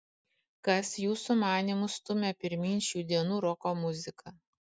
kas jūsų manymu stumia pirmyn šių dienų roko muziką